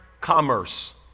commerce